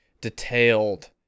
detailed